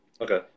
okay